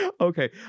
Okay